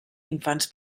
infants